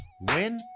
win